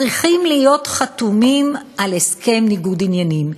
צריכים להיות חתומים על הסכם ניגוד עניינים.